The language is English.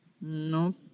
Nope